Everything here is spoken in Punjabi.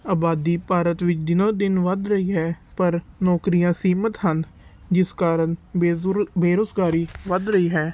ਆਬਾਦੀ ਭਾਰਤ ਵਿੱਚ ਦਿਨੋ ਦਿਨ ਵੱਧ ਰਹੀ ਹੈ ਪਰ ਨੌਕਰੀਆਂ ਸੀਮਿਤ ਹਨ ਜਿਸ ਕਾਰਣ ਬੇਜੁਰ ਬੇਰੋਜ਼ਗਾਰੀ ਵੱਧ ਰਹੀ ਹੈ